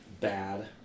bad